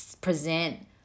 present